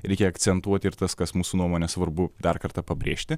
reikia akcentuoti ir tas kas mūsų nuomone svarbu dar kartą pabrėžti